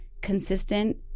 consistent